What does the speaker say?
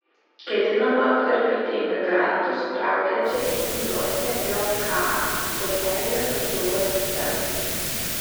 ketinama apkarpyti imigrantus traukiančią itin dosnią jk socialinės apsaugos sistemą